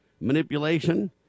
manipulation